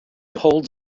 holds